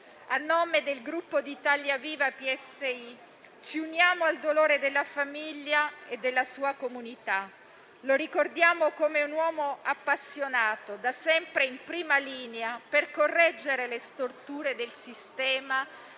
A nome del Gruppo Italia Viva-PSI ci uniamo al dolore della famiglia e della sua comunità. Lo ricordiamo come un uomo appassionato, da sempre in prima linea per correggere le storture del sistema